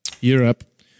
Europe